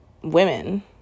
women